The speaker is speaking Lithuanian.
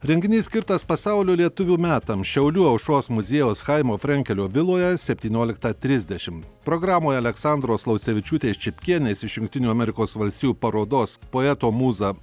renginys skirtas pasaulio lietuvių metams šiaulių aušros muziejaus chaimo frenkelio viloje septynioliktą trisdešimt programoje aleksandros laucevičiūtės čipkienės iš jungtinių amerikos valstijų parodos poeto mūza